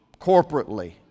corporately